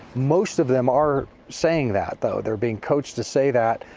most of them are saying that though. they are being coached to say that.